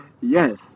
Yes